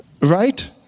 Right